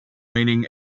meaning